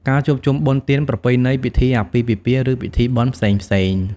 ការជួបជុំបុណ្យទានប្រពៃណី ពិធីអាពាហ៍ពិពាហ៍ ឬពិធីបុណ្យផ្សេងៗ។